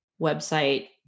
website